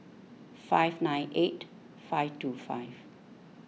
five nine eight five two five